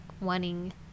wanting